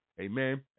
Amen